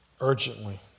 urgently